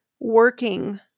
working